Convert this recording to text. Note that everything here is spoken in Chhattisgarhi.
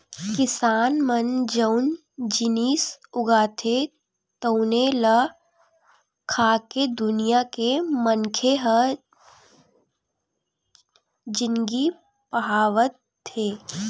किसान मन जउन जिनिस उगाथे तउने ल खाके दुनिया के मनखे ह जिनगी पहावत हे